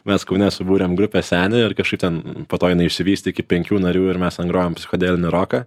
mes kaune subūrėm grupę seni ir kažkaip ten po to jinai išsivystė iki penkių narių ir mes ten grojom psichodelinį roką